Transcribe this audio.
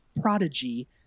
prodigy